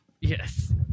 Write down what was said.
yes